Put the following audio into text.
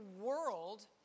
world